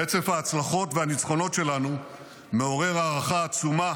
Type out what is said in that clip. רצף ההצלחות והניצחונות שלנו מעורר הערכה עצומה